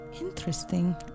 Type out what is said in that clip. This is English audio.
Interesting